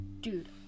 dude